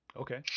okay